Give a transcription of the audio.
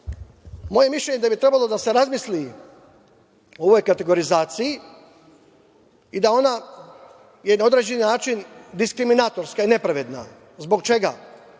dana. Moje mišljenje je da bi trebalo da se razmisli o ovoj kategorizaciji i da je ona na određeni način diskriminatorska i nepravedna. Zbog čega? To